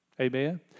Amen